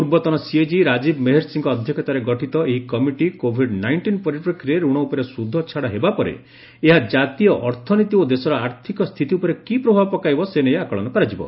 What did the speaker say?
ପୂର୍ବତନ ସିଏଜି ରାଜୀବ ମେହେର୍ଷିଙ୍କ ଅଧ୍ୟକ୍ଷତାରେ ଗଠିତ ଏହି କମିଟି କୋଭିଡ୍ ନାଇଷ୍ଟିନ୍ ପରିପ୍ରେକ୍ଷୀରେ ଋଣ ଉପରେ ସୁଧ ଛାଡ଼ ହେବା ପରେ ଏହା ଜାତୀୟ ଅର୍ଥନୀତି ଓ ଦେଶର ଆର୍ଥିକ ସ୍ଥିତି ଉପରେ କି ପ୍ରଭାବ ପକାଇବ ସେ ନେଇ ଆକଳନ କରାଯିବ